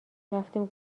رفتیم